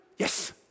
Yes